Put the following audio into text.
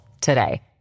today